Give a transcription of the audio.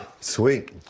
Sweet